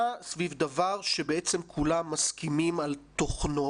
סביב דבר שבעצם כולם מסכימים על תוכנו.